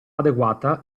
adeguata